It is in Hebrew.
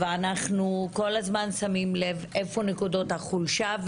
ואנחנו כל הזמן שמים לב איפה נקודות החולשה,